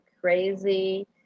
crazy